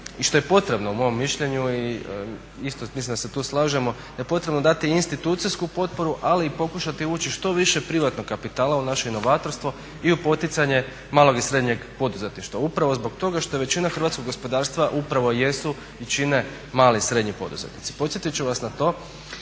i što je potrebno po mom mišljenju i isto mislim da se tu slažemo, da je potrebno dati institucijsku potporu ali i pokušati uvući što više privatnog kapitala u naše inovatorstvo i u poticanje malog i srednjeg poduzetništva, upravo zbog toga što je većina hrvatskog gospodarstva upravo jesu i čine mali i srednji poduzetnici. Podsjetit ću vas na to